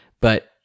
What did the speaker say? but-